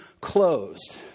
closed